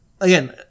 Again